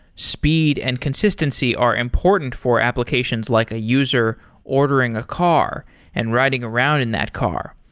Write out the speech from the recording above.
speed and consistency are important for applications like a user ordering a car and riding around in that car,